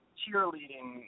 cheerleading